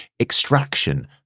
extraction